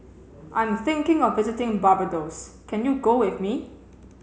I'm thinking of visiting Barbados can you go with me